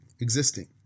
existing